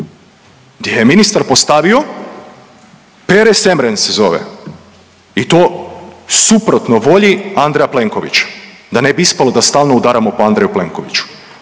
gdje je ministar postavio, Pere Semren se zove i to suprotno volji Andreja Plenkovića, da ne bi ispalo da stalno udaramo po Andreju Plenkoviću,